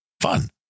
Fun